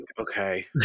Okay